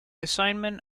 assignment